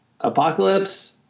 apocalypse